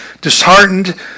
Disheartened